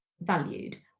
valued